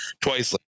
twice